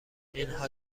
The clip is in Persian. اینها